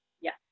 Yes